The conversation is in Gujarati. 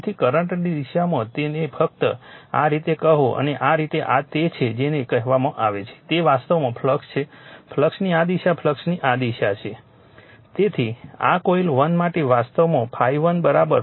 તેથી કરંટની દિશામાં તેને ફક્ત આ રીતે કહો અને આ રીતે આ તે છે જે તેને કહેવામાં આવે છે તે વાસ્તવમાં ફ્લક્સ છે ફ્લક્સની આ દિશા આ ફ્લક્સની દિશા છે